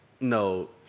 No